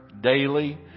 daily